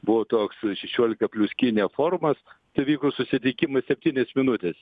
buvo toks šešiolika plius kinija forumas tai vyko susitikimas septynias minutes